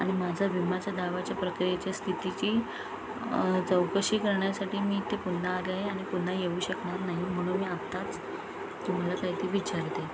आणि माझा विमाच्या दावाच्या प्रक्रियेच्या स्थितीची चौकशी करण्यासाठी मी इथे पुन्हा आले आहे आणि पुन्हा येऊ शकणार नाही म्हणून मी आत्ताच तुम्हाला काय ते विचारते